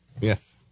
Yes